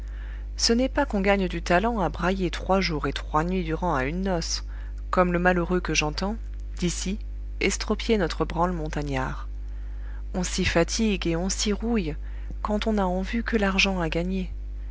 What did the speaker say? ce n'est pas qu'on gagne du talent à brailler trois jours et trois nuits durant à une noce comme le malheureux que j'entends d'ici estropier notre branle montagnard on s'y fatigue et on s'y rouille quand on n'a en vue que l'argent à gagner